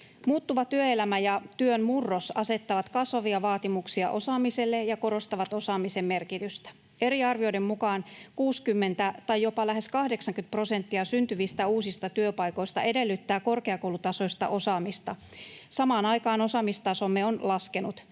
Muuttuva työelämä ja työn murros asettavat kasvavia vaatimuksia osaamiselle ja korostavat osaamisen merkitystä. Eri arvioiden mukaan 60 tai jopa lähes 80 prosenttia syntyvistä uusista työpaikoista edellyttää korkeakoulutasoista osaamista. Samaan aikaan osaamistasomme on laskenut.